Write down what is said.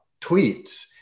tweets